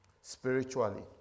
spiritually